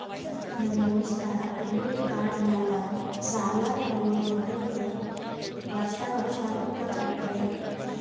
ನಮ್ ದೋಸ್ತ credit card ಮ್ಯಾಲ ಸಾಲಾ ತಗೊಂಡಿದುಕ್ ವರ್ಷ ವರ್ಷ ರೊಕ್ಕಾ ಕಟ್ಟಬೇಕ್